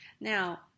now